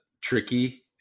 tricky